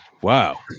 wow